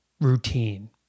routine